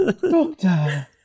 Doctor